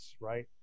right